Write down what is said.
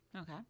okay